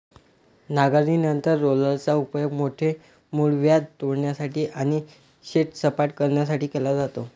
नांगरणीनंतर रोलरचा उपयोग मोठे मूळव्याध तोडण्यासाठी आणि शेत सपाट करण्यासाठी केला जातो